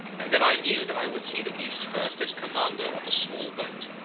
and then i knew that i would see the east first as commander of a small boat.